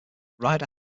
rider